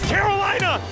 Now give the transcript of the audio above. Carolina